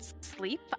sleep